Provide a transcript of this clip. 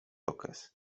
okres